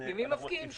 ממי מפקיעים שם?